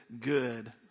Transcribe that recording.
good